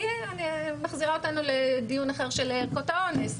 אלא מחזירה אותנו לדיון אחר של ערכות האונס.